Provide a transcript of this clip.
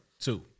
two